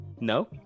No